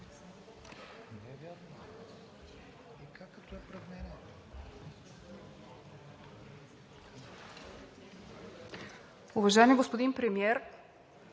Уважаеми господин Премиер!